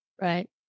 Right